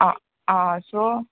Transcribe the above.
so